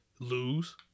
Lose